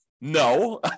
No